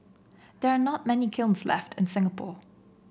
there are not many kilns left in Singapore